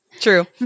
true